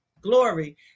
Glory